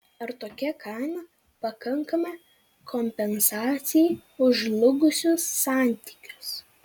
ar tokia kaina pakankama kompensacija už žlugusius santykius